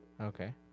Okay